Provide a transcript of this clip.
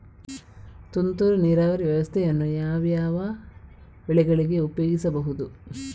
ತುಂತುರು ನೀರಾವರಿ ವ್ಯವಸ್ಥೆಯನ್ನು ಯಾವ್ಯಾವ ಬೆಳೆಗಳಿಗೆ ಉಪಯೋಗಿಸಬಹುದು?